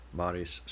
maris